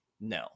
No